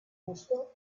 muster